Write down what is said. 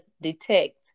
detect